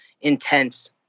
intense